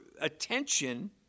attention